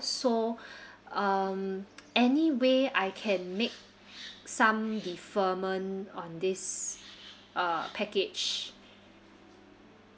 so um any way I can make some deferment on this uh package